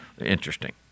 Interesting